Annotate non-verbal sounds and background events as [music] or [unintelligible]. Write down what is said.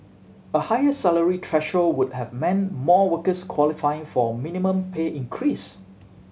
a higher salary [unintelligible] would have meant more workers qualifying for a minimum pay increase